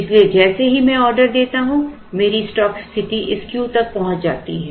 इसलिए जैसे ही मैं एक ऑर्डर देता हूं मेरी स्टॉक स्थिति इस Q तक पहुँच जाती है